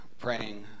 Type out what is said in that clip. praying